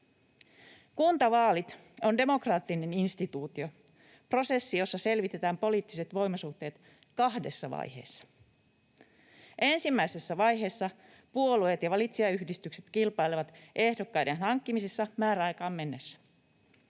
Kuntavaalit on demokraattinen instituutio, prosessi, jossa selvitetään poliittiset voimasuhteet kahdessa vaiheessa. Ensimmäisessä vaiheessa puolueet ja valitsijayhdistykset kilpailevat ehdokkaiden hankkimisessa määräaikaan mennessä.